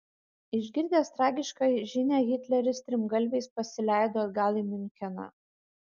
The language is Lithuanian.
išgirdęs tragišką žinią hitleris strimgalviais pasileido atgal į miuncheną